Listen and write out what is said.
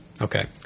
Okay